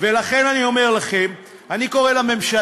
ולכן אני אומר לכם, אני קורא לממשלה: